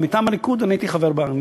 ומטעם הליכוד אני הייתי חבר בה,